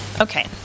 Okay